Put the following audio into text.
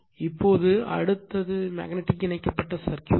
இப்போது அடுத்தது மேக்னட்டிக் இணைக்கப்பட்ட சர்க்யூட்